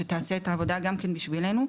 שתעשה את העבודה גם כן בשבילנו,